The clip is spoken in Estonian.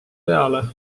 peale